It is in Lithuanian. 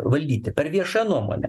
valdyti per viešąją nuomonę